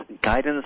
guidance